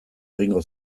egingo